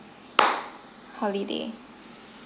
holiday